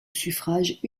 suffrage